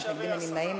אין מתנגדים ואין נמנעים.